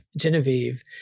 Genevieve